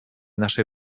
nasze